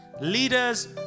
Leaders